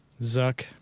Zuck